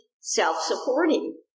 self-supporting